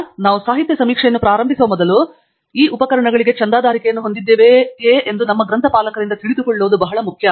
ಆದ್ದರಿಂದ ನಾವು ಸಾಹಿತ್ಯ ಸಮೀಕ್ಷೆಯನ್ನು ಪ್ರಾರಂಭಿಸುವ ಮೊದಲು ಈ ಉಪಕರಣಗಳಿಗೆ ನಾವು ಚಂದಾದಾರಿಕೆಯನ್ನು ಹೊಂದಿದ್ದೇವೆಯೇ ಎಂದು ನಮ್ಮ ಗ್ರಂಥಪಾಲಕರಿಂದ ತಿಳಿದುಕೊಳ್ಳುವುದು ಬಹಳ ಮುಖ್ಯ